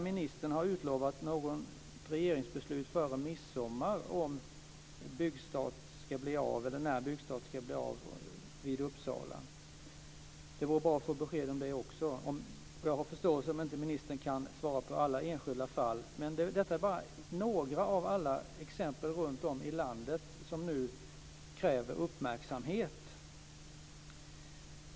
Ministern lär ha utlovat något regeringsbeslut före midsommar om när det ska bli byggstart vid Uppsala. Det vore bra att få besked om det också. Jag har förståelse för om ministern inte kan svara när det gäller alla enskilda fall. Men detta är bara några av alla de exempel runtom i landet som nu kräver uppmärksamhet.